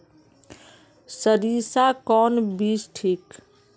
सरीसा कौन बीज ठिक?